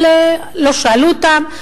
לא שאלו אותם,